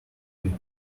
week